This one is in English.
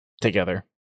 together